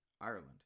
Ireland